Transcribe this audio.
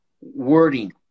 wording